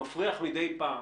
מפריח מדי פעם